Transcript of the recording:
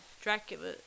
Dracula